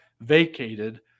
vacated